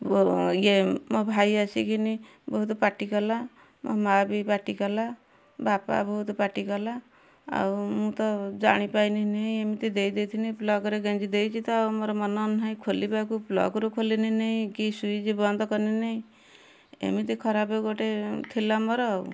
ଓ ଇଏ ମୋ ଭାଇ ଆସିକିନି ବହୁତ ପାଟି କଲା ମାଁ ବି ପାଟି କଲା ବାପା ବହୁତ ପାଟି କଲା ଆଉ ମୁଁ ତ ଜାଣିପାଇନି ନି ମୁଁ ଦେଇ ଦେଇଥିନି ପ୍ଳଗରେ ଗେଞ୍ଜି ଦେଇଛି ତ ମୋର ମନର ନାହିଁ ଖୋଲିବାକୁ ପ୍ଳଗରୁ ଖୋଲିନି ନେଇ କି ସୁଇଚ୍ ବନ୍ଦ କନିନେଇ ଏମିତି ଖରାପ ଗୋଟେ ଥିଲା ମୋର ଆଉ